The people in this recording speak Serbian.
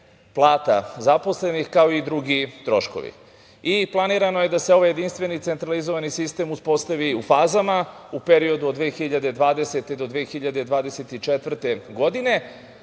plata zaposlenih, kao i drugi troškovi. Planirano je da se ovaj jedinstveni centralizovani sistem uspostavi u fazama, u periodu od 2020. do 2024. godine,